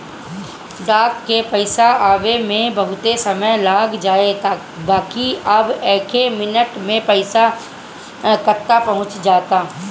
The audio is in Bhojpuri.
डाक से पईसा आवे में बहुते समय लाग जाए बाकि अब एके मिनट में पईसा कतो पहुंच जाता